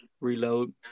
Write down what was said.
reload